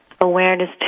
awareness